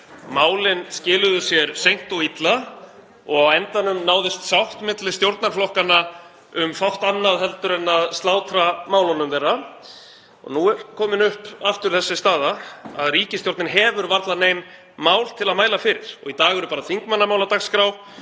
Málin skiluðu sér seint og illa og á endanum náðist sátt milli stjórnarflokkanna um fátt annað en að slátra málunum þeirra. Og nú er komin upp aftur þessi staða að ríkisstjórnin hefur varla nein mál til að mæla fyrir. Í dag eru bara þingmannamál á dagskrá,